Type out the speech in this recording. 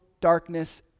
darkness